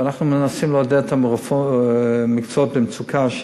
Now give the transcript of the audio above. אנחנו מנסים לעודד את המקצועות במצוקה,